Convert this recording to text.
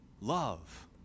love